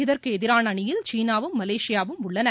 இதற்கு எதிரான அணியில் சீனாவும் மலேசியாவும் உள்ளன